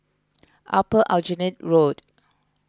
Upper Aljunied Road